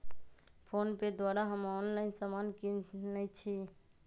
PhonePe द्वारा हम online समान किनइ छी